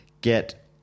get